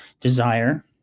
desire